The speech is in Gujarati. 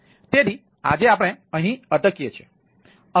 તેથી આજે આપણે અટકીએ છીએ